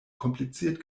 kompliziert